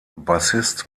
bassist